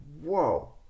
whoa